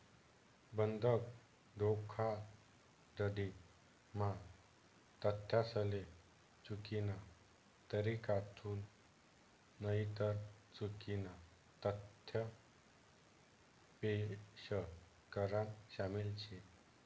बंधक धोखाधडी म्हा तथ्यासले चुकीना तरीकाथून नईतर चुकीना तथ्य पेश करान शामिल शे